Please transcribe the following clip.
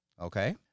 Okay